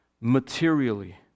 materially